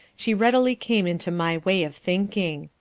she readily came into my way of thinking.